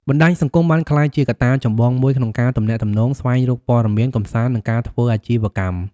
បណ្តាញសង្គមបានក្លាយជាកត្តាចម្បងមួយក្នុងការទំនាក់ទំនង ស្វែងរកព័ត៌មាន កម្សាន្ត និងការធ្វើអាជីវកម្ម។